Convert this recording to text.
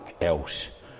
else